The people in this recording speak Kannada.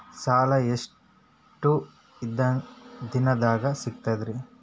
ಸಾಲಾ ಎಷ್ಟ ದಿಂನದಾಗ ಸಿಗ್ತದ್ರಿ?